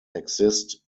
exist